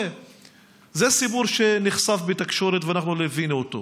זה סיפור שנחשף בתקשורת ואנחנו ליווינו אותו.